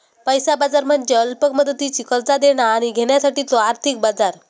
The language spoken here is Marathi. पैसा बाजार म्हणजे अल्प मुदतीची कर्जा देणा आणि घेण्यासाठीचो आर्थिक बाजार